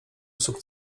usług